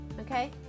Okay